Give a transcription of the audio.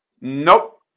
Nope